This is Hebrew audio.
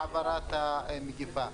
עדיין העברת המגפה.